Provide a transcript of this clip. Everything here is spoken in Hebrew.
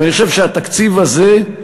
ואני חושב שהתקציב הזה,